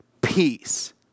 peace